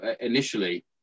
initially